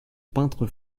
peintre